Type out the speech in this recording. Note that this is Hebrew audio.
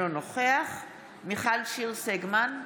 אינו נוכח מיכל שיר סגמן,